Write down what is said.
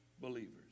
believers